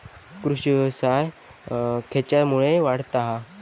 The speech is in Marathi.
कृषीव्यवसाय खेच्यामुळे वाढता हा?